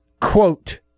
Quote